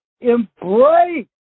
embrace